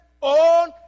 on